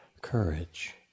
courage